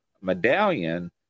medallion